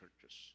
churches